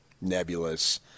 nebulous